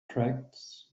tracts